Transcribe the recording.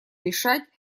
решать